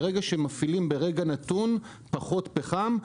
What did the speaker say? ברגע שמפעילים ברגע נתון פחות פחם,